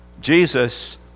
Jesus